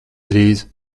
drīz